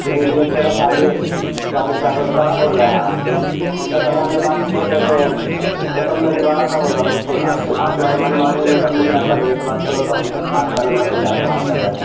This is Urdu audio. سری بی ایچ کے کا چالیس چالیس لاکھ روپے زیادہ بول رہے ہیں آپ اس سے پہلے ہم جب بات کیے تھے تو اس کم میں دلو رہا تھا وہ تو ہم آپ سے آپ کے بارے ملوممہ رہی ہیں یہ کم میں دلات تھاب ان سے بات کرو تو ہم آپ کا نمبر لے کے آپ سے بات کر رہے ہیں